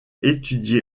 étudié